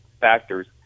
factors